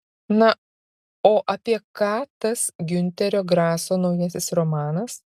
na o apie ką tas giunterio graso naujasis romanas